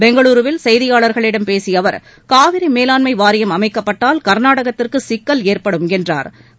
பெங்களூரூவில் செய்தியாளர்களிடம் பேசிய அவர் காவிரி மேலாண்மை வாரியம் அமைக்கப்பட்டால் கா்நாடகத்திற்கு சிக்கல் ஏற்படும் என்றாா்